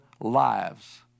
lives